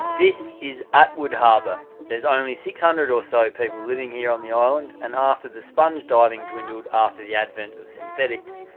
this is atwood harbour. there is only six hundred or so people living here on the island and after the sponge diving dwindled after the advent of synthetics,